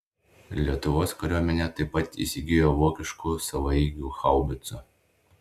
lietuvos kariuomenė taip pat įsigijo vokiškų savaeigių haubicų